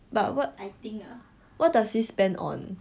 but what what does he spend on